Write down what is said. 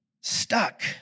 stuck